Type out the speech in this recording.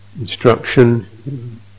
instruction